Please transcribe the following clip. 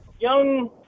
young